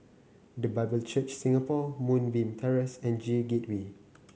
The Bible Church Singapore Moonbeam Terrace and J Gateway